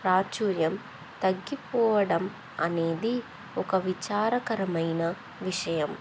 ప్రాచుర్యం తగ్గిపోవడం అనేది ఒక విచారకరమైన విషయం